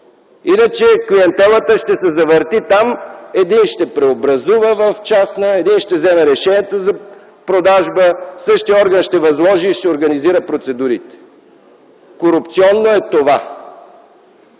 Иначе клиентелата ще се завърти там, един ще преобразува в частна полза, един ще вземе решението за продажба, същият орган ще възложи и ще организира процедурите. Това